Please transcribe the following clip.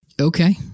Okay